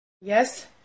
Yes